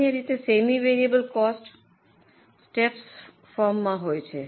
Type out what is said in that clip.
સામાન્ય રીતે semi variable cost steps ફોર્મમાં હોય છે